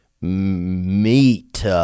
meat